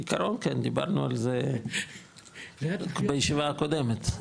כעיקרון כן, דיברנו על זה בישיבה הקודמת.